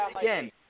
again